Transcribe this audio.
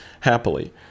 happily